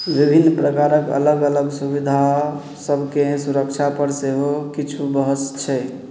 विभिन्न प्रकारक अलग अलग सुविधा सभके सुरक्षापर सेहो किछु बहस छै